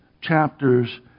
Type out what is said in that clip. chapters